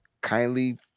kindly